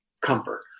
comfort